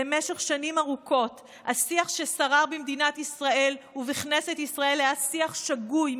במשך שנים ארוכות השיח ששרר במדינת ישראל ובכנסת ישראל היה שיח שגוי,